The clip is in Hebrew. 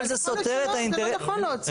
אבל זה לא נכון להוציא אותה.